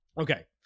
Okay